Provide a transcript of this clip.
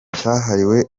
cyahariwe